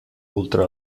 oltre